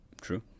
True